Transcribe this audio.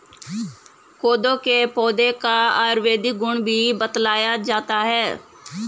कोदो के पौधे का आयुर्वेदिक गुण भी बतलाया जाता है